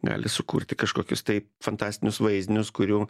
gali sukurti kažkokius tai fantastinius vaizdinius kurių